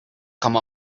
come